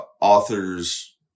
authors